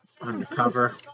undercover